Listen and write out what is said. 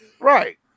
right